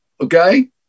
okay